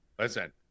Listen